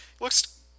Looks